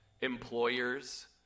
employers